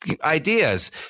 ideas